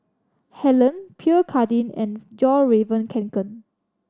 Helen Pierre Cardin and Fjallraven Kanken